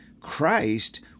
Christ